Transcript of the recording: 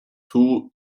two